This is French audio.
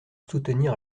soutenir